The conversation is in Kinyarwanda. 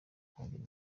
kongera